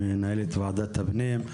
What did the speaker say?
מנהלת ועדת הפנים.